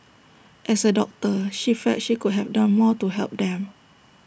as A doctor she felt she could have done more to help them